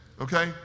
Okay